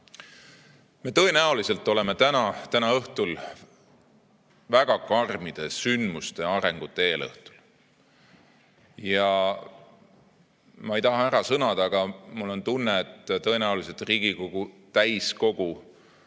Me tõenäoliselt oleme täna, täna õhtul väga karmide sündmuste ja arengute eelõhtul. Ma ei taha ära sõnuda, aga mul on tunne, et tõenäoliselt peab Riigikogu täiskogu